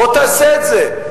בוא תעשה את זה.